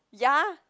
ya